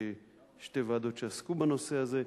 שתי ועדות עסקו בנושא זה.